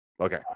Okay